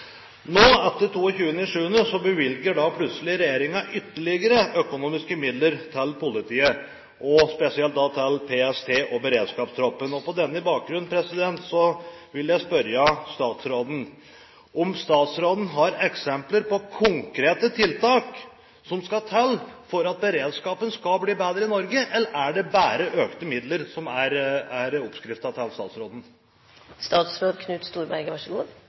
Nå, etter 22. juli, bevilger plutselig regjeringen ytterligere økonomiske midler til politiet, og spesielt da til PST og beredskapstroppen. På denne bakgrunn vil jeg spørre statsråden om han har eksempler på konkrete tiltak som skal til for at beredskapen skal bli bedre i Norge. Eller er det bare økte midler som er oppskriften til statsråden? Jeg er